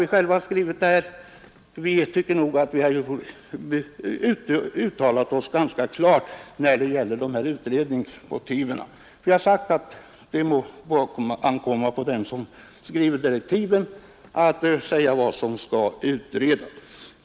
Vi står själva för skrivningen, och vi tycker nog att vi har uttalat oss ganska klart när det gäller utredningsdirektiven. Vi har sagt att det må ankomma på den som skriver direktiven att säga vad som skall utredas.